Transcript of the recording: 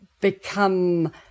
become